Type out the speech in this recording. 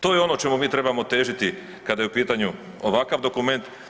To je ono čemu mi trebamo težiti kada je u pitanju ovakav dokument.